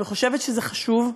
וחושבת שזה חשוב,